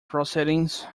proceedings